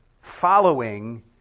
following